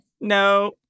No